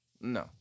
No